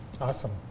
Awesome